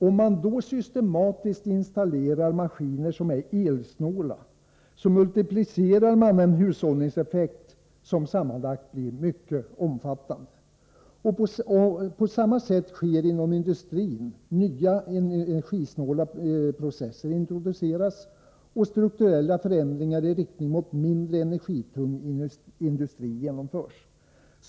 Om man då systematiskt installerar maskiner som är elsnåla multiplicerar man en hushållningseffekt som sammanlagt blir mycket omfattande. På samma sätt sker inom industrin — nya energisnåla processer introduceras och strukturella förändringar i riktning mot mindre energitung industri genomförs.